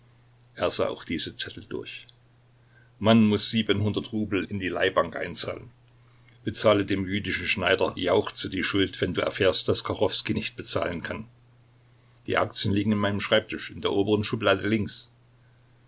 er sah auch diese zettel durch man muß siebenhundert rubel in die leihbank einzahlen bezahle dem jüdischen schneider jauchze die schuld wenn du erfährst daß kachowskij nicht bezahlen kann die aktien liegen in meinem schreibtisch in der oberen schublade links